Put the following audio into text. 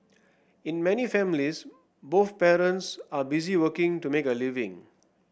in many families both parents are busy working to make a living